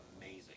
amazing